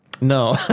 No